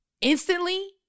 instantly